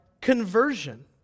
conversion